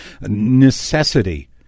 Necessity